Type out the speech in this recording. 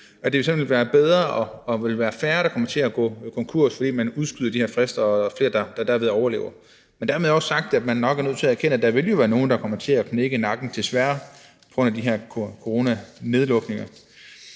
der vil være færre, der kommer til at gå konkurs, fordi man udskyder de her frister, så der derved er flere, der overlever. Men dermed også sagt, at man nok er nødt til at erkende, at der jo vil være nogen, der desværre kommer til at knække nakken på grund af de her coronanedlukninger.